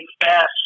fast